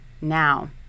Now